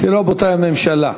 רבותי הממשלה,